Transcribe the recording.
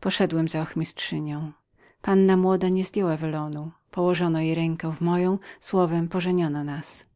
poszedłem za ochmistrzynią panna młoda nie zdejmowała zasłony położono jej rękę w moją słowem pożeniono nas